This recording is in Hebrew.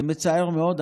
זה מצער מאוד.